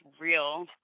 real